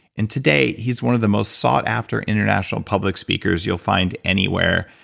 and today he's one of the most sought after international public speakers you'll find anywhere.